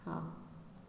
ହଁ